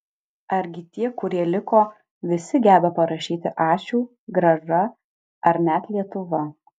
argi tie kurie liko visi geba parašyti ačiū grąža ar net lietuva